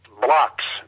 blocks